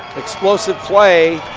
explosive play.